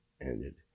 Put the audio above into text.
ended